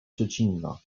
dziecinna